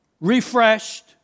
refreshed